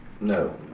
No